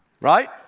Right